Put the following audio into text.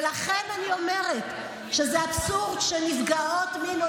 ולכן אני אומרת שזה אבסורד שנפגעות מין או